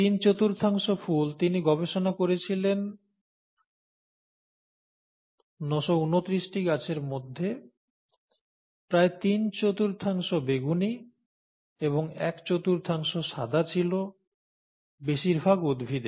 তিন চতুর্থাংশ ফুল তিনি গবেষণা করেছিলেন 929 টি গাছের মধ্যে প্রায় তিন চতুর্থাংশ বেগুনি এবং এক চতুর্থাংশ সাদা ছিল বেশিরভাগ উদ্ভিদে